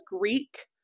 Greek